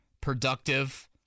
productive